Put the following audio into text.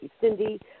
Cindy